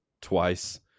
Twice